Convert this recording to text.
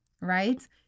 right